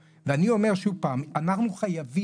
וכאן מדברים על הרחבה ותוספת.